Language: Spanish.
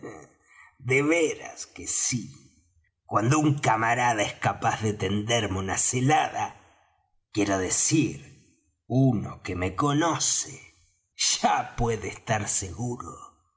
de veras que sí cuando un camarada es capaz de tenderme una celada quiero decir uno que me conoce ya puede estar seguro